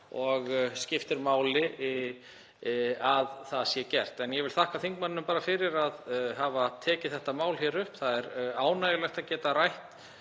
og skiptir máli að það sé gert. Ég vil þakka þingmanninum fyrir að hafa tekið þetta mál upp. Það er ánægjulegt að geta rætt